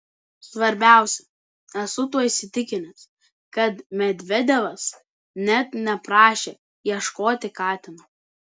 svarbiausia esu tuo įsitikinęs kad medvedevas net neprašė ieškoti katino